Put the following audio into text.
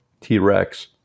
T-Rex